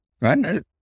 right